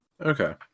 Okay